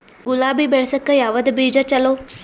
ಗುಲಾಬಿ ಬೆಳಸಕ್ಕ ಯಾವದ ಬೀಜಾ ಚಲೋ?